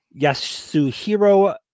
Yasuhiro